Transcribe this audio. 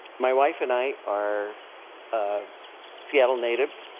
my wife and i are ah seattle natives,